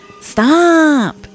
Stop